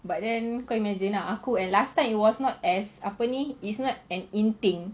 but then kau imagine kau and last time it was not as apa ni is not an in thing